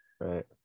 Right